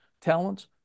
talents